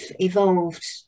evolved